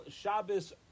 Shabbos